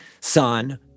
son